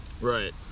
Right